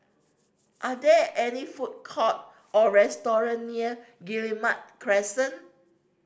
are there any food court or restaurant near Guillemard Crescent